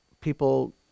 people